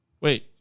Wait